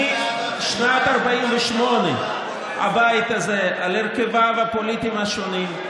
משנת 1948 הבית הזה על הרכביו הפוליטיים השונים,